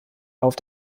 auf